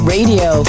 Radio